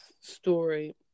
story